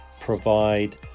provide